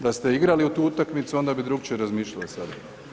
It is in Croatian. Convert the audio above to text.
Da ste igrali tu utakmicu onda bi drukčije razmišljali sada.